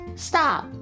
stop